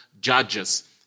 judges